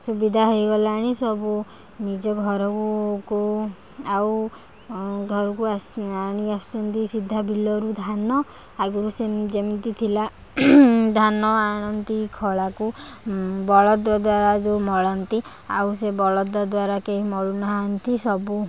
ସୁବିଧା ହେଇଗଲାଣି ସବୁ ନିଜ ଘରକୁ ଆଉ ଘରକୁ ଆଣି ଆସୁଛନ୍ତି ସିଧା ବିଲରୁ ଧାନ ଆଗୁରୁ ଯେମିତି ଥିଲା ଧାନ ଆଣନ୍ତି ଖଳାକୁ ବଳଦ ଦ୍ଵାରା ଯେଉଁ ମଳନ୍ତି ଆଉ ସେ ବଳଦ ଦ୍ଵାରା କେହି ମଳୁ ନାହାନ୍ତି ସବୁ